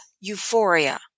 euphoria